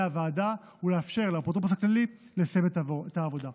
הוועדה ולאפשר לאפוטרופוס הכללי לסיים את העבודה.